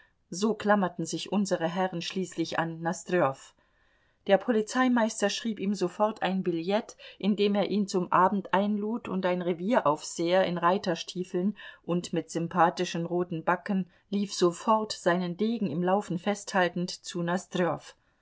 so klammerten sich unsere herren schließlich an nosdrjow der polizeimeister schrieb ihm sofort ein billett in dem er ihn zum abend einlud und ein revieraufseher in reiterstiefeln und mit sympathisch roten backen lief sofort seinen degen im laufen festhaltend zu